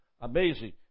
amazing